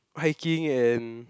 hiking and